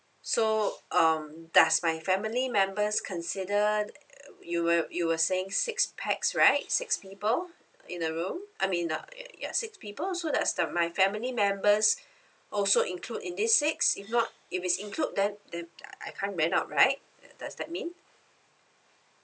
so um does my family members consider uh you were you were saying six pax right six people in the room I mean uh ya six people so does the my family members also include in this six if not if it's include then then I can't rent out right does that mean